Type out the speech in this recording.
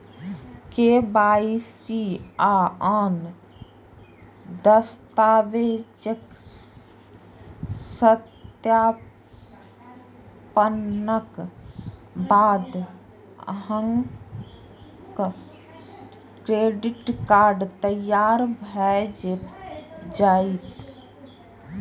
KYC आ आन दस्तावेजक सत्यापनक बाद अहांक क्रेडिट कार्ड तैयार भए जायत